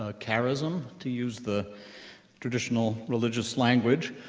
ah charism to use the traditional religious language,